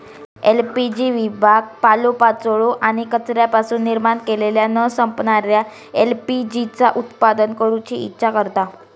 LPG विभाग पालोपाचोळो आणि कचऱ्यापासून निर्माण केलेल्या न संपणाऱ्या एल.पी.जी चा उत्पादन करूची इच्छा करता